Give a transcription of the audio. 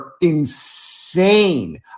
insane